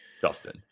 Justin